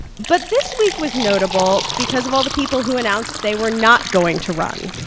but this week was notable because of all the people who announced they were not going to run.